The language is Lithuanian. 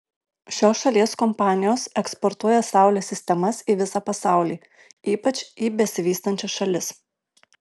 šios šalies kompanijos eksportuoja saulės sistemas į visą pasaulį ypač į besivystančias šalis